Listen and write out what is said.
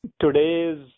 Today's